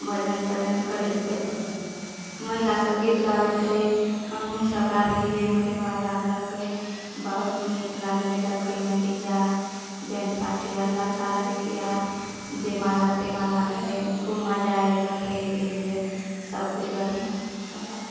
भोजन तोजन करैलके महिला सब गीत गाबैत रहै हमहुँ सब गयलियै महिलासभ गयलकै बहुत नीक लागलै देखय मे डी जे आर बैण्डपार्टी आर लड़का लड़की आर जयमाला तयमाला भेलै खूब मजा एलै देख कऽ अलियै सबकिछु बढ़िऑं भेलै सब भय गेलेह